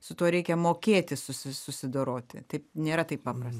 su tuo reikia mokėti susi susidoroti tai nėra taip paprasta